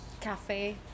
cafe